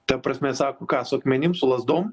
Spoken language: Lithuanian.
ta prasme sako ką su akmenim su lazdom